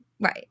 Right